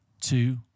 two